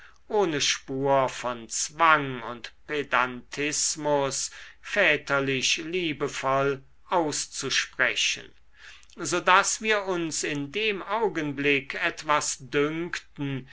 ohne spur von zwang und pedantismus väterlich liebevoll auszusprechen so daß wir uns in dem augenblick etwas dünkten